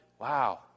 Wow